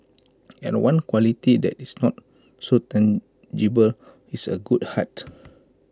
and one quality that is not so tangible is A good heart